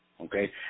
okay